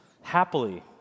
happily